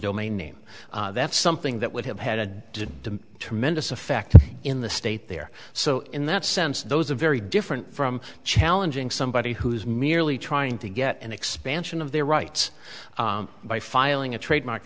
domain name that's something that would have had to do tremendous effect in the state there so in that sense those are very different from challenging somebody who's merely trying to get an expansion of their rights by filing a trademark